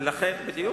בדיוק.